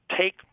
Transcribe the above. take